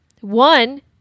one